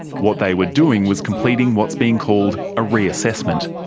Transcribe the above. what they were doing was completing what's being called a re-assessment,